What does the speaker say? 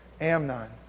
Amnon